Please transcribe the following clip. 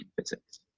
physics